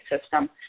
system